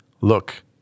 look